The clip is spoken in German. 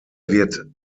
wird